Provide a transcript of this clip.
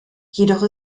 jedoch